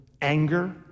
anger